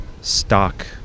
stock